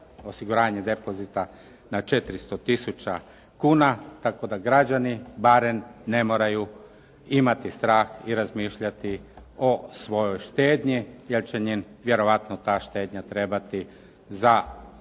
osiguranje depozita na 400 tisuća kuna, tako da građani barem ne moraju imati strah i razmišljati o svojoj štednji jer će im vjerojatno ta štednja trebati za